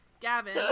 gavin